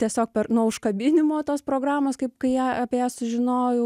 tiesiog per nuo užkabinimo tos programos kaip kai ją apie ją sužinojau